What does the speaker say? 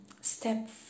step